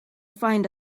find